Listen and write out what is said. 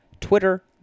Twitter